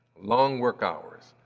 long work hours,